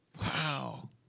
Wow